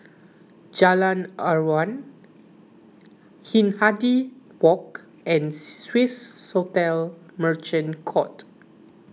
Jalan Aruan Hindhede Walk and Swissotel Merchant Court